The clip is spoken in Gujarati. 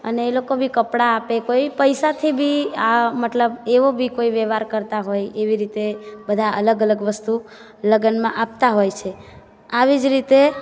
અને એ લોકો બી કપડાં આપે કોઈ પૈસાથી બી આ મતલબ એવો બી કોઈ વ્યવહાર કરતાં હોય એવી રીતે બધા અલગ અલગ વસ્તુ લગનમાં આપતા હોય છે આવી જ રીતે